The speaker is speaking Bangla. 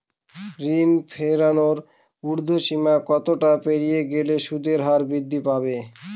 ঋণ ফেরানোর উর্ধ্বসীমা কতটা পেরিয়ে গেলে সুদের হার বৃদ্ধি পাবে?